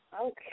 Okay